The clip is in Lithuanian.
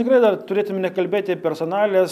tikrai dar turėtum nekalbėti personalijas